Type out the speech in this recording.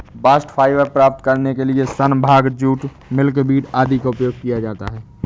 bast fibre प्राप्त करने के लिए सन, भांग, जूट, मिल्कवीड आदि का उपयोग किया जाता है